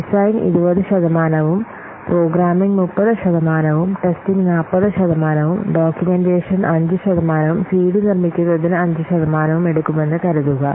design 20 ശതമാനവും programming 30 ശതമാനവും testing 40 ശതമാനവും ഡോക്യുമെന്റേഷൻ 5 ശതമാനവും സിഡി നിർമ്മിക്കുന്നതിന് 5 ശതമാനവും എടുക്കുമെന്ന് കരുതുക